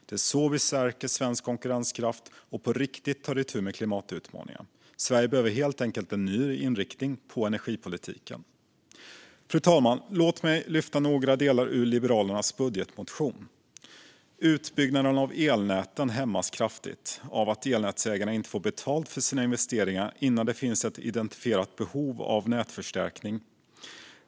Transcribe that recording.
Det är så vi stärker svensk konkurrenskraft och på riktigt tar itu med klimatutmaningarna. Sverige behöver helt enkelt en ny inriktning på energipolitiken. Fru talman! Låt mig lyfta fram några delar ur Liberalernas budgetmotion. Utbyggnaden av elnäten hämmas kraftigt av att elnätsägarna inte får betalt för sina investeringar innan det finns ett identifierat behov av nätförstärkning.